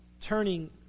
turning